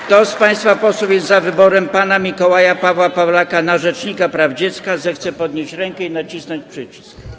Kto z państwa posłów jest za wyborem pana Mikołaja Pawła Pawlaka na rzecznika praw dziecka, zechce podnieść rękę i nacisnąć przycisk.